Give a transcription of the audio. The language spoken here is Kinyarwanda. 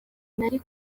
nari